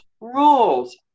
rules